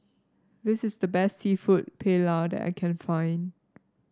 this is the best seafood Paella that I can find